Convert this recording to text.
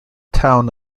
town